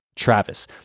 Travis